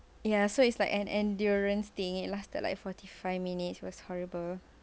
ya so it's like an endurance thing it lasted like forty five minutes it was horrible